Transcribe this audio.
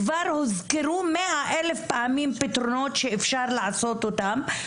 כבר הוזכרו מאה אלף פעמים פתרונות שאפשר לעשות אותם,